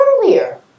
earlier